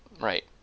right